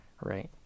right